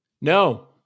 No